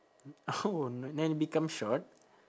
oh n~ then it become short